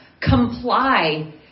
comply